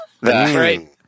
right